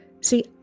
See